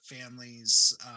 families